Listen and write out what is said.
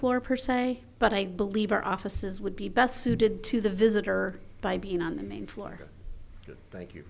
floor per se but i believe our offices would be best suited to the visitor by being on the main floor